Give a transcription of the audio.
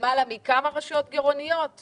הדבר הזה